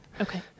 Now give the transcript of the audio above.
Okay